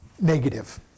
negative